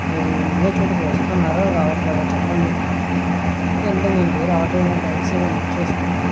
మీరు నేను ఉండే చోటుకి వస్తున్నారా రావటం లేదా చెప్పండి లేదంటే నేను వేరే ఆటో అయినా ట్యాక్సి అయినా బుక్ చేసుకుంటా